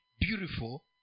beautiful